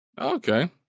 Okay